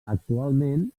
actualment